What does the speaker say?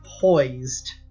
poised